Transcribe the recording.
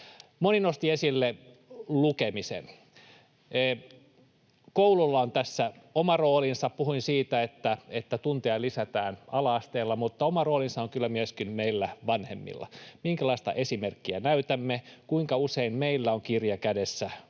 Moni nosti esille lukemisen. Koululla on tässä oma roolinsa. Puhuin siitä, että tunteja lisätään ala-asteella, mutta oma roolinsa on kyllä myöskin meillä vanhemmilla — minkälaista esimerkkiä näytämme, kuinka usein meillä on kirja kädessä